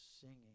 singing